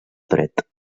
dret